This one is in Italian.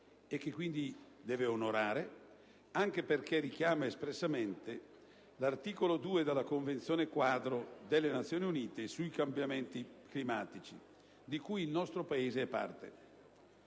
e che quindi deve onorare, anche perché richiama espressamente l'articolo 2 della Convenzione quadro delle Nazioni Unite sui cambiamenti climatici, di cui il nostro Paese è parte.